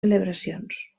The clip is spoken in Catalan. celebracions